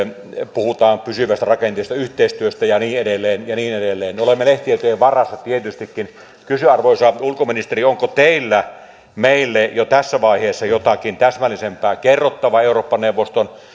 puhutaan pysyvästä rakenteesta yhteistyöstä ja niin edelleen ja niin edelleen me olemme lehtitietojen varassa tietystikin kysyn arvoisa ulkoministeri onko teillä meille jo tässä vaiheessa jotakin täsmällisempää kerrottavaa eurooppa neuvoston